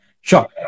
Sure